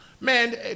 Man